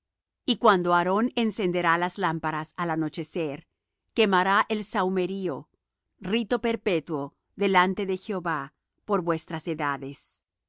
y cuando aarón encenderá las lámparas al anochecer quemará el sahumerio rito perpetuo delante de jehová por vuestras edades no